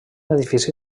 edifici